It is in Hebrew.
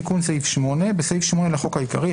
תיקון 8. תיקון סעיף 8 11. בסעיף 8 לחוק העיקרי,